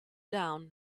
down